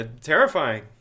terrifying